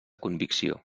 convicció